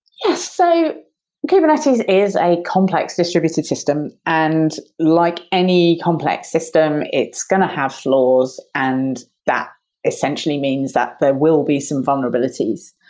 yes. so kubernetes is a complex distributed system, and like any complex system, it's going to have flaws and that essentially means that there will be some vulnerabilities.